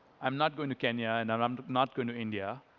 i'm not going to kenya and i'm i'm not going to india.